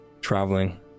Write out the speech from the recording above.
traveling